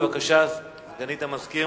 בבקשה, סגנית המזכיר.